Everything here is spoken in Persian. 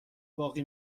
باقی